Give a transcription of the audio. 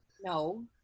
No